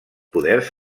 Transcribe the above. poders